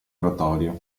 oratorio